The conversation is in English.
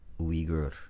Uyghur